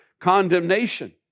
condemnation